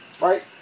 right